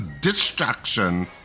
distraction